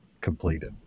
completed